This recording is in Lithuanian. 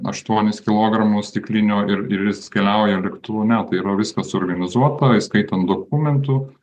aštuonis kilogramus stiklinio ir ir jis keliauja lėktuvu ne tai yra viskas suorganizuota įskaitant dokumentų